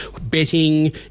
betting